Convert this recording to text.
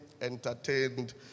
entertained